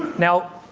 now,